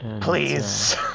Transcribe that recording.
Please